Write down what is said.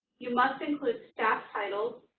you must include staff titles,